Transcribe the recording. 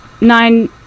nine